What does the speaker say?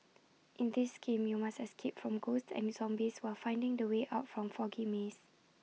in this game you must escape from ghosts and zombies while finding the way out from foggy maze